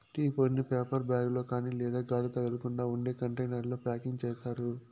tea పొడిని paper bag లో కాని లేదా గాలి తగలకుండా ఉండే కంటైనర్లలో ప్యాకింగ్ చేత్తారు